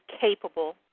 capable